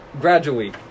Gradually